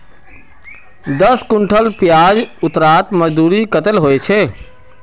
दस कुंटल प्याज उतरवार मजदूरी कतेक होचए?